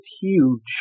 huge